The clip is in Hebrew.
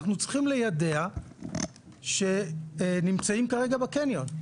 אנחנו צריכים ליידע שנמצאים כרגע בקניון.